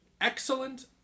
excellent